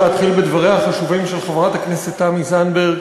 להתחיל בדבריה החשובים של חברת הכנסת תמי זנדברג.